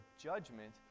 judgment